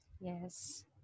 Yes